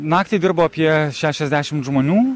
naktį dirbo apie šešiasdešimt žmonių